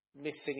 missing